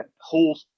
whole